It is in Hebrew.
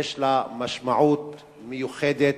יש לה משמעות מיוחדת,